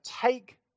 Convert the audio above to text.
take